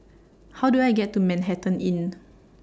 How Do I get to Manhattan Inn